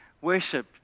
Worship